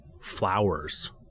flowers